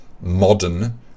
modern